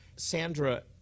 Sandra